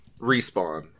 Respawn